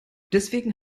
deswegen